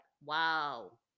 wow